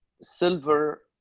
silver